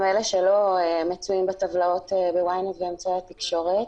אלה שלא מצויים בטבלאות ב-ynet ואמצעי התקשורת,